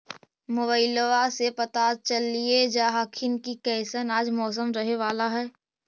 मोबाईलबा से पता चलिये जा हखिन की कैसन आज मौसम रहे बाला है?